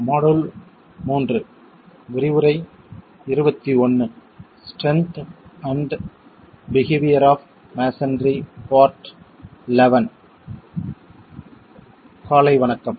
காலை வணக்கம்